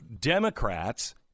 Democrats